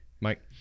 Mike